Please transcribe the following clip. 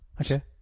Okay